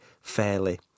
fairly